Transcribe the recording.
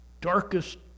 darkest